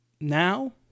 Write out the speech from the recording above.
Now